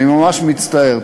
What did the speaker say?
אני ממש מצטער.